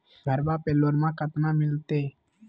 घरबा पे लोनमा कतना मिलते?